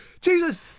Jesus